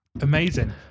Amazing